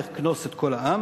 לך כנוס את כל העם.